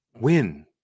Win